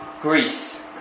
Greece